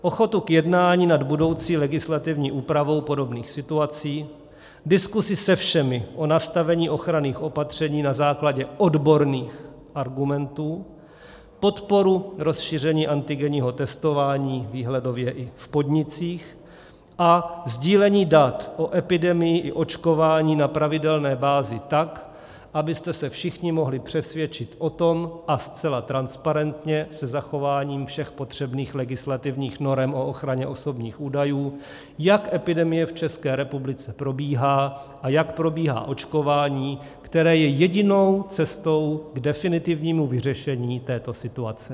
Ochotu k jednání nad budoucí legislativní úpravou podobných situací, diskusi se všemi o nastavení ochranných opatření na základě odborných argumentů, podporu rozšíření antigenního testování výhledově i v podnicích a sdílení dat o epidemii i očkování na pravidelné bázi tak, abyste se všichni mohli přesvědčit o tom, a zcela transparentně se zachováním všech potřebných legislativních norem o ochraně osobních údajů, jak epidemie v České republice probíhá a jak probíhá očkování, které je jedinou cestou k definitivnímu vyřešení této situace.